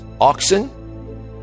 oxen